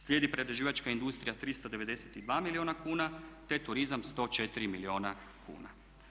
Slijedi prerađivačka industrija 392 milijuna kuna, te turizam 104 milijuna kuna.